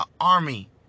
army